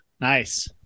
Nice